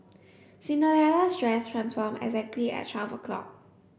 Cinderella's dress transformed exactly at twelve o'clock